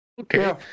okay